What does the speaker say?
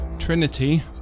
Trinity